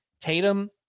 Tatum